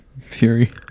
Fury